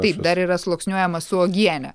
taip dar yra sluoksniuojama su uogiene